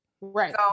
Right